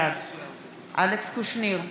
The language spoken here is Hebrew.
בעד אלכס קושניר,